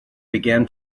began